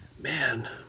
Man